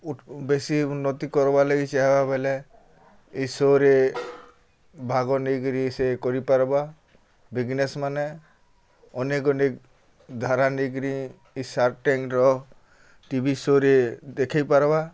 ବେଶୀ ଉନ୍ନତି କର୍ବାର୍ ଲାଗି ଚାହେଁବା ବେଲେ ଇ ସୋ'ରେ ଭାଗ୍ ନେଇକିରି ସେ କରିପାର୍ବା ବିଜ୍ନେସ୍ ମାନେ ଅନେକ୍ ଅନେକ୍ ଧାରା ନେଇକିରି ଏ ସାର୍କ ଟେଙ୍କରେ ଟିଭି ସୋ'ରେ ଦେଖେଇ ପାର୍ବା